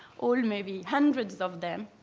all maybe hundreds of them.